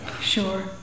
Sure